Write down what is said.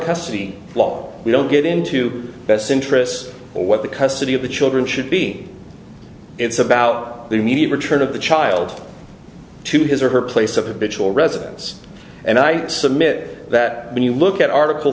custody law we don't get into the best interests or what the custody of the children should be it's about the immediate return of the child to his or her place of habitual residence and i submit that when you look at article